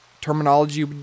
terminology